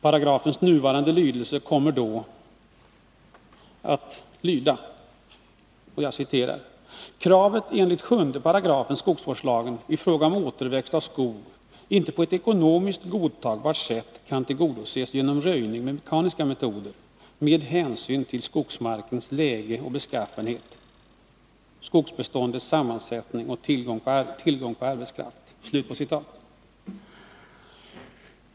Paragrafens nuvarande lydelse kommer då att vara följande: ”kravet enligt 7 § skogsvårdslagen —— i fråga om återväxt av skog inte på ett ekonomiskt godtagbart sätt kan tillgodoses genom röjning med mekaniska metoder med hänsyn till skogsmarkens läge och beskaffenhet, skogsbeståndets sammansättning och tillgången på arbetskraft”.